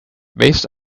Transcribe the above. based